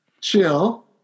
chill